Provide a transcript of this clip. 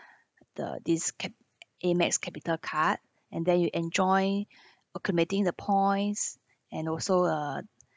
the this cap~ AMEX CapitaCard and then you enjoy accumulating the points and also a